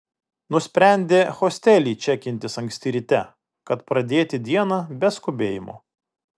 nusprendė hostely čekintis anksti ryte kad pradėti dieną be skubėjimo